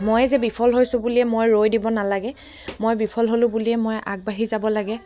মই যে বিফল হৈছোঁ বুলিয়ে মই ৰৈ দিব নালাগে মই বিফল হ'লোঁ বুলিয়ে মই আগবাঢ়ি যাব লাগে